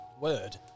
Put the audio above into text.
word